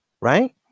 right